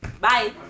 Bye